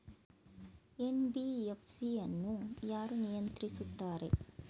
NBFC ಅನ್ನು ಯಾರು ನಿಯಂತ್ರಿಸುತ್ತಾರೆ?